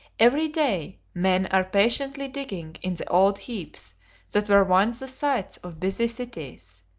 every day men are patiently digging in the old heaps that were once the sites of busy cities,